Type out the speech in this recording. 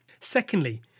Secondly